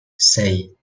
sei